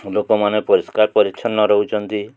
ଲୋକମାନେ ପରିଷ୍କାର ପରିଚ୍ଛନ୍ନ ରହୁଛନ୍ତି